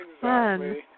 Fun